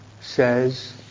says